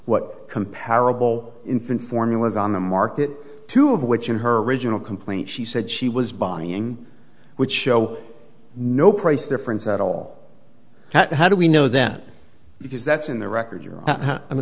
what comparable infant formulas on the market two of which in her original complaint she said she was buying which show no price difference at all how do we know that because that's in the record your i mean